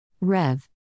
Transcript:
Rev